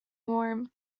warm